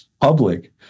public